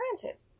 granted